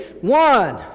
One